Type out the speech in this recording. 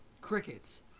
crickets